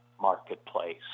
marketplace